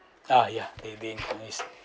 uh yeah every wednesday